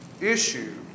issue